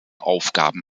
aufgaben